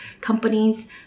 companies